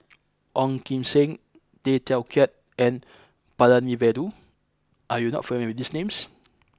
Ong Kim Seng Tay Teow Kiat and Palanivelu are you not familiar with these names